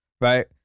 right